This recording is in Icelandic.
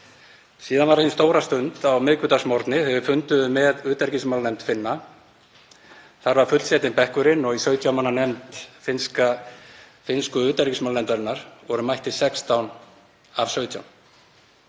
Síðan var hin stóra stund á miðvikudagsmorgni þegar við funduðum með utanríkismálanefnd Finna. Þar var fullsetinn bekkurinn og í 17 manna nefnd finnsku utanríkismálanefndarinnar voru mættir 16 af 17